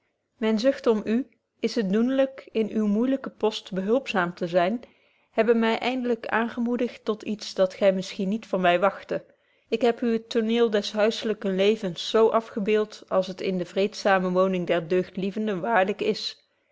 myne zucht om u is het doenlyk in uwen moeilyken post behulpzaam te zyn hebben my eindelyk aangemoedigd tot iets dat gy misschien niet van my wagtte ik heb u het tooneel des huisselyken levens zo afgebeeld als het in de vreedzame woning der deugdlievenden waarlyk is